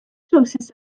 trywsus